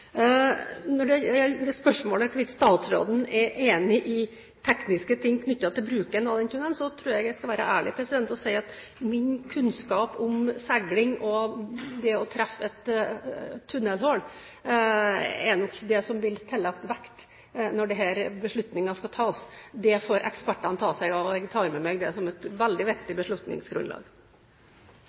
Når det gjelder spørsmålet om hvorvidt statsråden er enig i tekniske ting knyttet til bruken av tunnelen: Jeg tror jeg skal være ærlig og si at min kunnskap om seiling og det å treffe et tunnelhull nok ikke er det som blir tillagt vekt når denne beslutningen skal tas. Det får ekspertene ta seg av, og jeg tar med meg det som et veldig viktig beslutningsgrunnlag.